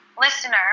listener